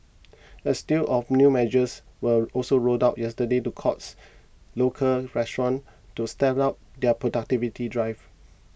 a slew of new measures were also rolled out yesterday to coax local restaurants to step up their productivity drive